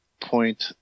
point